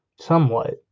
somewhat